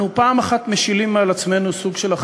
ירושלים מאוחדת סביב שכונותיה